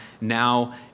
now